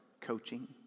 coaching